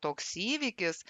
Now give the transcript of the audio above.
toks įvykis